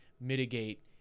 mitigate